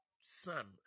son